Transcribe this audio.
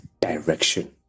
direction